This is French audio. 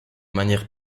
manière